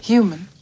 Human